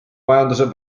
majanduse